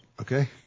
okay